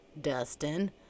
Dustin